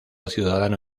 ciudadano